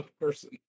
person